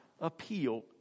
appeal